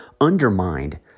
undermined